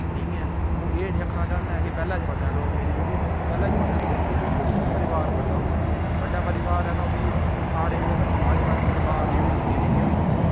नेईं ऐ आ'ऊं एह् नि आखना चाहन्नां ऐ कि पैह्ले जमाने लोक मिली जुली नि रौंह्दे हे पैह्ले जमानै भाई मिली जुली रौंह्दे हे क्योंकि परिवार बड्डा होंदा हा बड्डा परिवार ऐ तां उ'त्त च सारे केह् करने अज्जकल परिवार जेह्ड़े निक्के निक्के होइयै